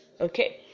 Okay